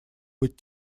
быть